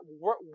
work